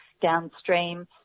downstream